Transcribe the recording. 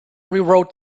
rewrote